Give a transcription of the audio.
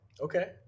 Okay